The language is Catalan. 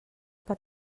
per